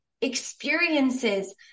experiences